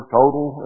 total